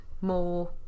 more